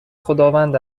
خداوند